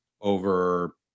over